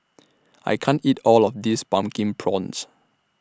I can't eat All of This Pumpkin Prawns